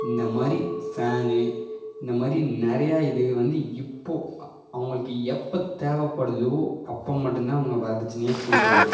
இந்த மாதிரி ஃபேனு இந்த மாதிரி நிறையா இது வந்து இப்போது அ அவங்களுக்கு எப்போ தேவைப்படுதோ அப்போ மட்டும்தான் அவங்க வரதட்சணையாக கேட்கறாங்க